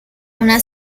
una